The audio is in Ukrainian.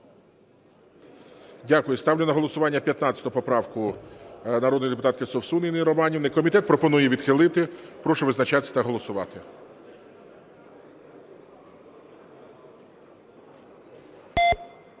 Дякую. Ставлю на голосування 15 поправку народної депутатки Совсун Інни Романівни. Комітет пропонує її відхилити. Прошу визначатись та голосувати.